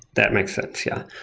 that makes sense. yeah.